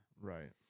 Right